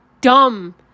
dumb